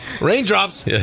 Raindrops